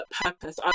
purpose